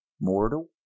mortal